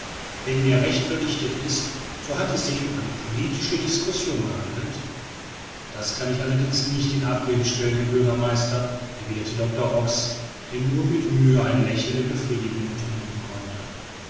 wenn mir recht berichtet ist so hat es sich um eine politische discussion gehandelt das kann ich allerdings nicht in abrede stellen herr bürgermeister erwiderte doctor ox der nur mit mühe ein lächeln der befriedigung unterdrücken konnte